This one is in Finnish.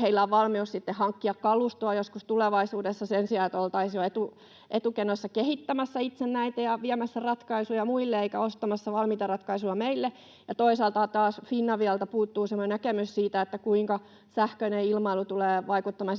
heillä on valmius hankkia kalustoa sitten joskus tulevaisuudessa sen sijaan, että oltaisiin jo etukenossa kehittämässä itse näitä ja viemässä ratkaisuja muille eikä ostamassa valmiita ratkaisuja meille. Ja toisaalta taas Finavialta puuttuu semmoinen näkemys siitä, kuinka sähköinen ilmailu tulee vaikuttamaan